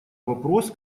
вопрос